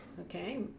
okay